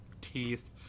teeth